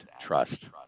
trust